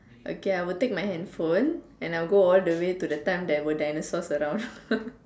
okay I would take my hand phone and I would go all the way to the time there were dinosaurs around